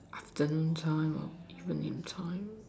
afternoon time or evening time